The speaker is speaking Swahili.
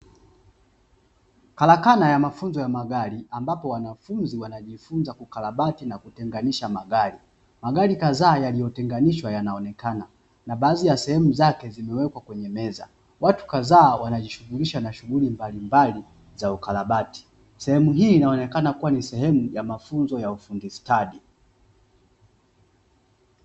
Kalakana ya mafunzo ya magari ambapo wanafunzi wajifunza kukalabati na Kalakana ya mafunzo ya magari ambapo wanafunzi wanajifunza kukarabati na kutenganisha magari. Magari kadhaa yaliyotenganishwa yanaonekana, na baadhi ya sehemu zake zimewekwa kwenye meza. Watu kadhaa wanajishughulisha na shughuli mbalimbali za ukarabati. Sehemu hii inaonekana kuwa ni sehemu ya mafunzo ya ufundi stadi.